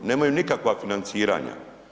Nemaju nikakva financiranja.